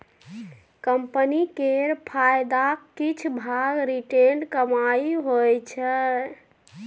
company केर फायदाक किछ भाग रिटेंड कमाइ होइ छै